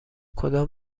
کدام